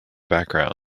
background